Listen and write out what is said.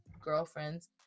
girlfriends